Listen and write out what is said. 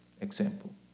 example